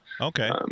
Okay